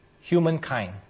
humankind